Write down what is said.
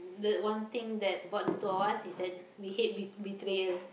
the one thing that bought the two of us is that we hate be~ betrayer